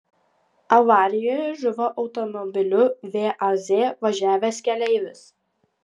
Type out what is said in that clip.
avarijoje žuvo automobiliu vaz važiavęs keleivis